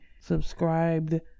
subscribed